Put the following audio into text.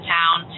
town